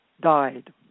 died